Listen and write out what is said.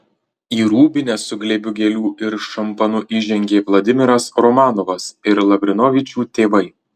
į rūbinę su glėbiu gėlių ir šampanu įžengė vladimiras romanovas ir lavrinovičių tėvai